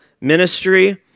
ministry